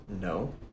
no